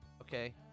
okay